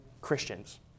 Christians